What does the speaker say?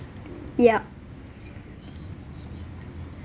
ya